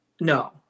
no